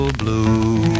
blue